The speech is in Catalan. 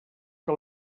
que